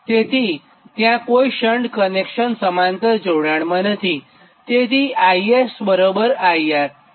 તેથી ત્યાં કોઈ શન્ટ કનેક્શન સમાંતર જોડાણમાં નથી તેથી IS IR